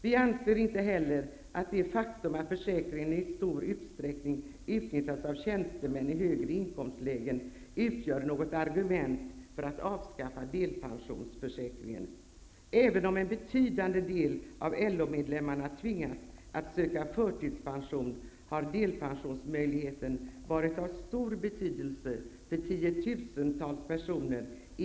Vi anser inte heller att det faktum att försäkringen i stor utsträckning utnyttjas av tjänstemän i högre inkomstlägen utgör något argument för att avskaffa delpensionsförsäkringen. Även om en betydande del av LO-medlemmarna tvingas att söka förtidspension har möjligheten till delpension för denna kategori försäkrade varit av stor betydelse för 10 000-tals personer.